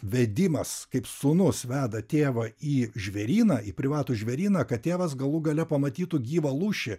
vedimas kaip sūnus veda tėvą į žvėryną į privatų žvėryną kad tėvas galų gale pamatytų gyvą lūšį